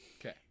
okay